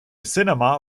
cinema